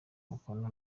umukono